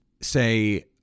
say